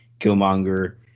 Killmonger